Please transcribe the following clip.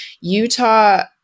Utah